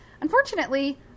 Unfortunately